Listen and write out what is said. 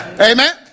Amen